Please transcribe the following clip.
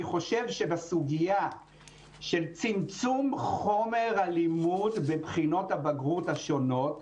אני חושב שיש בעיה בסוגיה של צמצמום חומר הלימוד לבחינות הבגרות השונות.